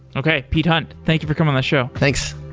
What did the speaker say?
okay. pete hunt, thank you for coming on the show. thanks